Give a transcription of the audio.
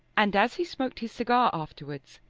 and as he smoked his cigar afterwards,